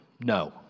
No